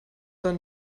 dann